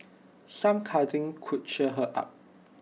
some cuddling could cheer her up